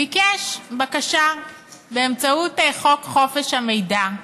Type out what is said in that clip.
ביקש בקשה באמצעות חוק חופש המידע.